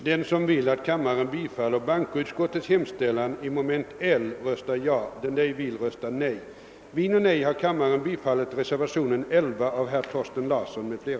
den det ej vill röstar nej. den det ej vill röstar nej. den det ej vill röstar nej. den det ej vill röstar nej.